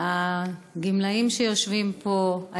חברתי והגמלאים שיושבים פה,